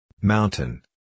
mountain